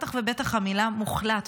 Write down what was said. ובטח ובטח במילה "מוחלט"?